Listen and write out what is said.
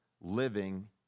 living